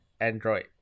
Android